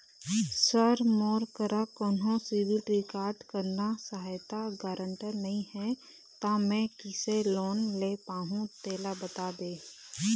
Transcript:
sir मोर करा कोन्हो सिविल रिकॉर्ड करना सहायता गारंटर नई हे ता मे किसे लोन ले पाहुं तेला बता दे